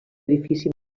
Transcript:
edifici